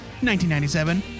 1997